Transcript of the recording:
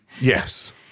Yes